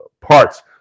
parts